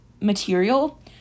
material